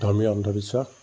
ধৰ্মীয় অন্ধবিশ্বাস